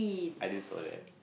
I didn't saw that